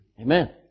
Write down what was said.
Amen